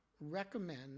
recommend